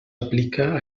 aplica